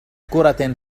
كرة